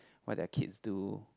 what their kids do